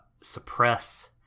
suppress